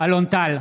אלון טל,